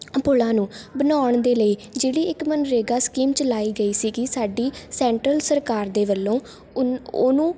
ਪੁਲਾਂ ਨੂੰ ਬਣਾਉਣ ਦੇ ਲਈ ਜਿਹੜੀ ਇੱਕ ਮਨਰੇਗਾ ਸਕੀਮ ਚਲਾਈ ਗਈ ਸੀਗੀ ਸਾਡੀ ਸੈਂਟਰਲ ਸਰਕਾਰ ਦੇ ਵੱਲੋਂ ਉ ਉਹਨੂੰ